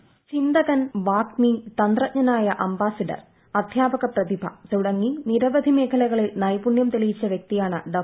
voice ചിന്തകൻ വാഗ്മി തന്ത്രജ്ഞനായ അംബാസഡർ അധ്യാപക പ്രതിഭ തുടങ്ങി നിരവധി മേഖലകളിൽ നൈപുണ്യം തെളിയിച്ച വ്യക്തിയാണ് ഡോ